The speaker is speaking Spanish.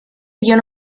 guion